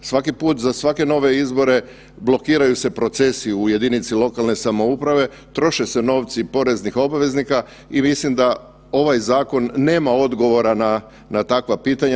Svaki put za svake nove izbore blokiraju se procesi u jedinici lokalne samouprave, troše se novci poreznih obveznika i mislim da ovaj zakon nema odgovora na takva pitanja.